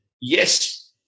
Yes